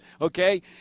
okay